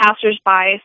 passers-by